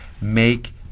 make